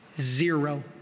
Zero